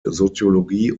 soziologie